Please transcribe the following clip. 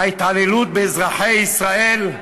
ההתעללות באזרחי ישראל,